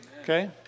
okay